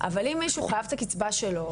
אבל אם מישהו חייב את הקצבה שלו,